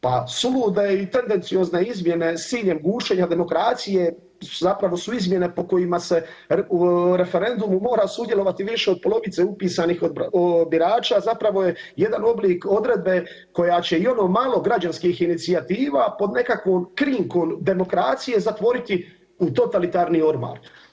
Pa suluda je i tendenciozna izmjene s ciljem gušenja demokracije su zapravo su izmjene po kojima se u referendumu mora sudjelovati više od polovice upisanih birača zapravo je jedan oblik odredbe koja će i ono malo građanskih inicijativa pod nekakvom krinkom demokracije zatvoriti u totalitarni ormar.